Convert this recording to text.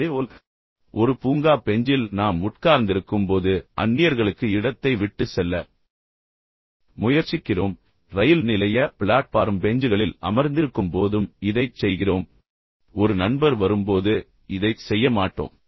இதேபோல் ஒரு பூங்கா பெஞ்சில் உட்கார்ந்து பொதுவாக நாம் உட்கார்ந்திருக்கும்போது அந்நியர்களுக்கு இடத்தை விட்டுச் செல்ல முயற்சிக்கிறோம் ரயில் நிலைய பிளாட்பார்ம் பெஞ்சுகளில் அமர்ந்திருக்கும்போதும் இதைச் செய்கிறோம் ஆனால் ஒரு நண்பர் வரும்போது இதைச் செய்ய மாட்டோம்